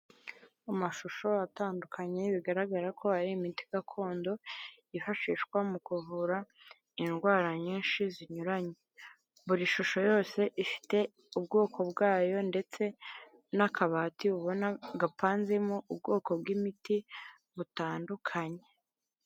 Amashusho atandukanye bigaragara ko ari imiti gakondo, yifashishwa mu kuvura indwara nyinshi zinyuranye. Buri shusho yose ifite ubwoko bwayo ndetse n'akabati ubona gapanzemo ubwoko bw'imiti butandukanye.